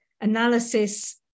analysis